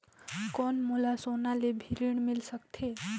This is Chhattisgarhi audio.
कौन मोला सोना ले भी ऋण मिल सकथे?